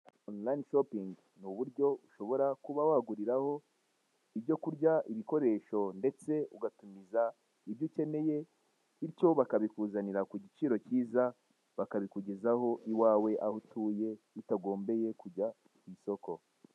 Onorayini shopingi ni uburyo ushobora kuba waguriraho ibyo kurya, ibikoresho ndetse ugatumiza ibyo ukeneye, bityo bakabikuzanira ku giciro kiza bakabikugezaho iwawe aho utuye bitagombeye kujya ku isoko.